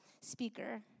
speaker